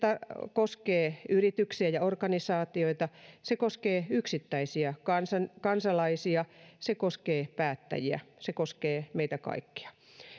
koskee yrityksiä ja organisaatioita se koskee yksittäisiä kansalaisia kansalaisia se koskee päättäjiä se koskee meitä kaikkia